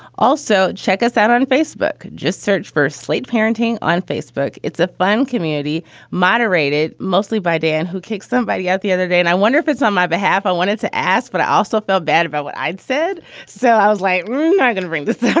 also check us out on facebook. just search for slate parenting on facebook. it's a fun community moderated mostly by dan who kicks somebody out the other day. and i wonder if it's on my behalf. i wanted to ask, but i also felt bad about what i'd said so i was like, i'm going to bring this.